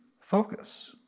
focus